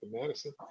Madison